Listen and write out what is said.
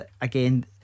Again